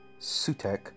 Sutek